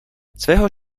svého